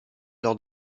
lors